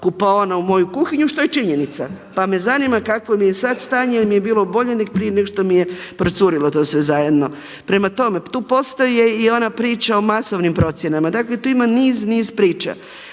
kupaona u moju kuhinju što je činjenica. Pa me zanima kakvo mi je sad stanje, jer mi je bilo bolje nego prije nego što mi je procurilo to sve zajedno. Prema tome, tu postoji i ona priča o masovnim procjenama, dakle tu ima niz, niz priča.